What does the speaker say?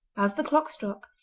as the clock struck,